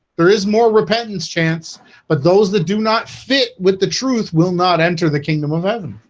there is more repentance chance but those that do not fit with the truth will not enter the kingdom of heaven